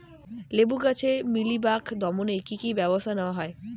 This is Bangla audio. লেবু গাছে মিলিবাগ দমনে কী কী ব্যবস্থা নেওয়া হয়?